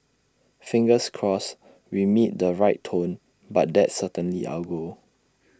fingers crossed we meet the right tone but that's certainly our goal